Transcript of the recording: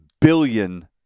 billion